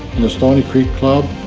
the stoney creek club,